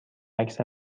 عکس